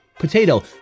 Potato